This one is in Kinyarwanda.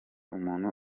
umuntu